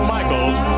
Michaels